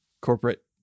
corporate